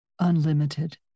unlimited